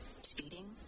Speeding